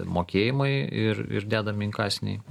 mokėjimai ir ir dedami inkasiniai